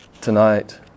tonight